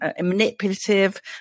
manipulative